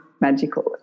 magical